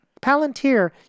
Palantir